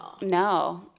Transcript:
No